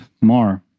more